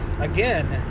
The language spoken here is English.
again